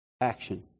Action